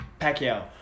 Pacquiao